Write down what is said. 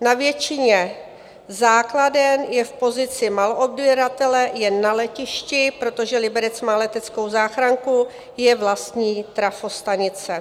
Na většině základen je v pozici maloodběratele, jen na letišti, protože Liberec má leteckou záchranku, je vlastní trafostanice.